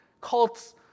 cults